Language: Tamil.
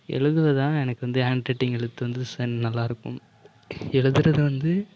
எழுதுகிறது தான்ங்க எனக்கு வந்து ஹேன்ட் ரைட்டிங் எழுத்து வந்து நல்லா இருக்கும் எழுதுகிறது வந்து